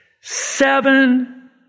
seven